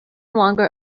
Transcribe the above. longer